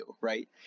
right